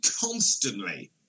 constantly